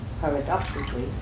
paradoxically